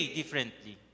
differently